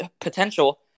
potential